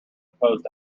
opposed